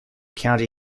county